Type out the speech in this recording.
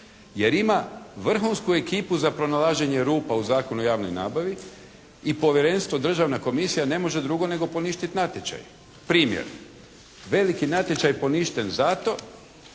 Jer ima vrhunsku ekipu za pronalaženje rupa u Zakonu o javnoj nabavi i povjerenstvo, Državna komisija ne može drugo nego poništiti natječaj. Primjer. Veliki natječaj poništen zato